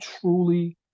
truly